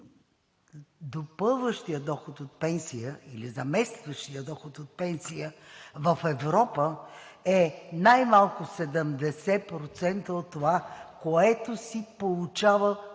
че допълващият доход от пенсия или заместващият доход от пенсия в Европа е най-малко 70% от това, което си получавал,